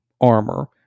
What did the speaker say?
armor